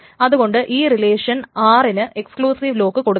അതുകൊണ്ട് ഈ relation r ന് എക്സ്കളൂസിവ് ലോക്ക് കൊടുക്കണം